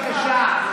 שב, בבקשה.